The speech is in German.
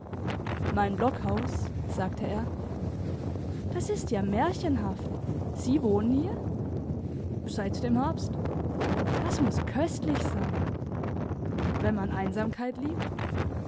mein blockhaus sagte er das ist ja märchenhaft sie wohnen hier seit dem herbst das muss köstlich sein wenn man einsamkeit liebt